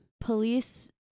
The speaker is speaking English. police